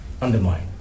undermine